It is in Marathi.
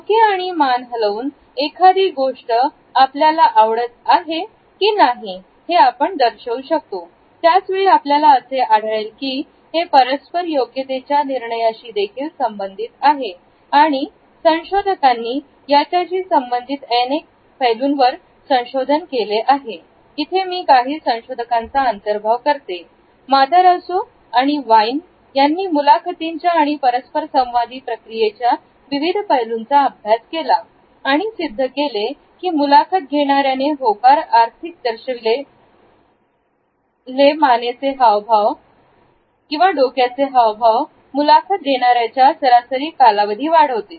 डोके आणि मान हलवून एखादी गोष्ट आपल्याला आवडत आहे की नाही हे आपण दर्शवू शकतो त्याच वेळी आपल्याला असे आढळेल की हे परस्पर योग्यतेच्या निर्णयाशी देखील संबंधित आहे आणि संशोधकांनी याच्याशी संबंधित अनेक पैलूंवर संशोधन केले आहे इथे मी काही संशोधकांचा अंतर्भाव करते मातारासो आणि वाईन ने मुलाखतींच्या आणि परस्परसंवादी प्रक्रियेच्या विविध पैलूंचा अभ्यास केला आणि सिद्ध केले ही मुलाखत घेणाऱ्याने होकार आर्थिक दर्शविलेले मानेचे अथवा डोक्याचे हावभाव मुलाखत देणाऱ्याचा सरासरी कालावधी वाढवते